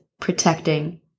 protecting